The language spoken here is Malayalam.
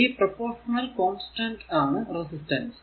ഈ പ്രൊപോർഷൻ കോൺസ്റ്റന്റ് ആണ് റെസിസ്റ്റൻസ്